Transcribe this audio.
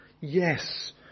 Yes